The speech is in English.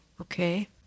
Okay